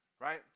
right